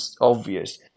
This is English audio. obvious